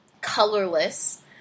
colorless